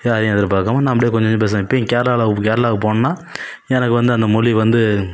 யாரையும் எதிர்பாக்காமல் நான் அப்படியே கொஞ்சம் கொஞ்சம் பேசுவேன் இப்பயும் கேரளாவில உபு கேரளாவுக்கு போனன்னா எனக்கு வந்து அந்த மொழி வந்து